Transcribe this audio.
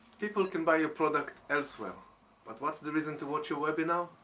people can buy your product elsewhere but what's the reason to watch your webinar?